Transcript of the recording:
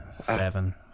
Seven